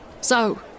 So